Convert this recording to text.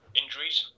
injuries